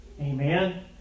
Amen